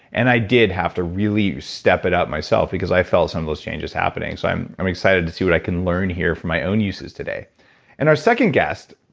and i did have to really step it out myself because i felt some of those changes happening. so i'm i'm excited to see what i can learn here for my own uses today and our second guest,